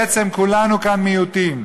בעצם כולנו כאן מיעוטים.